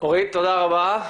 אורית תודה רבה.